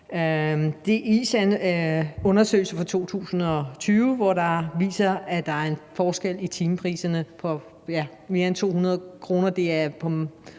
taksterne. Undersøgelser fra 2020 viser, at der er en forskel i timepriserne på mere end 200 kr.